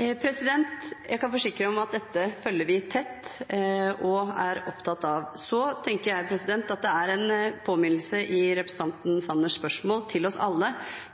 Jeg kan forsikre om at dette følger vi tett og er opptatt av. Så tenker jeg at det er en påminnelse til oss alle i representanten Sanners spørsmål,